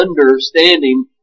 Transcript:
understanding